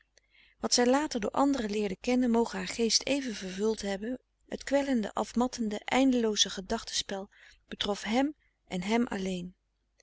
wat zij later door anderen leerde kennen moge haar geest even vervuld hebben het kwellende afmattende eindelooze gedachtespel betrof hem en hem alleen